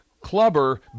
Clubber